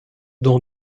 dans